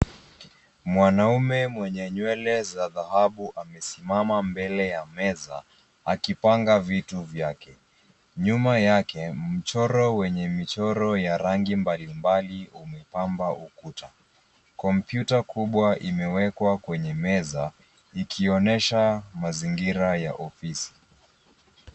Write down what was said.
Mwanaume mwenye nywele za dhahabu amesimama mbele ya meza akipanga vitu vyake. Nyuma yake mchoro wenye michoro ya rangi mbalimbali umepamba ukuta. Kompyuta kubwa imewekwa kwenye meza ikionyesha mazingira ya ofisi.